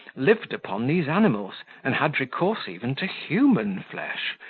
lived upon these animals, and had recourse even to human flesh,